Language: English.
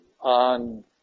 on